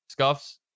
scuffs